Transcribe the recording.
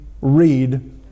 read